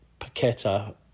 Paqueta